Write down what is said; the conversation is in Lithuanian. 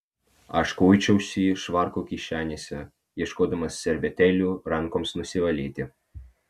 aš kuičiausi švarko kišenėse ieškodamas servetėlių rankoms nusivalyti